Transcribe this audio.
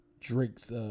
Drake's